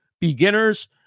beginners